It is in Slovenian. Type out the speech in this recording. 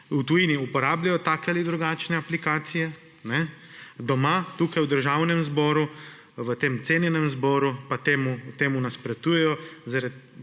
v tujini uporabljajo take ali drugačne aplikacije, doma, tukaj v državnem zboru, v tem cenjenem zboru pa temu nasprotujejo,